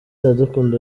iradukunda